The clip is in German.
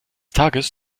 tages